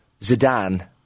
Zidane